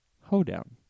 Hoedown